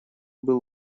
был